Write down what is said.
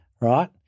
right